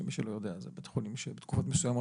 שמי שלא יודע זה בית חולים שבתקופות מסוימות